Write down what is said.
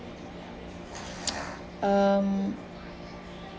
um